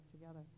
together